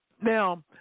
Now